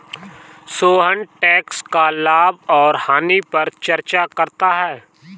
Sohan tax का लाभ और हानि पर चर्चा करता है